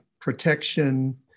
protection